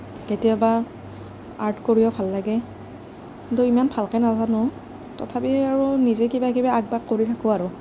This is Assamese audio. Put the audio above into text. কেতিয়াবা আৰ্ট কৰিও ভাল লাগে কিন্তু ইমান ভালকৈ নাজানো তথাপি আৰু নিজে কিবা কিবি আঁক বাঁক কৰি থাকোঁ আৰু